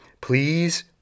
please